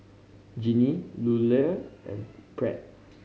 Genie Lula and Pratt